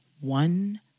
one